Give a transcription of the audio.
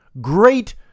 great